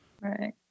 Right